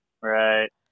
Right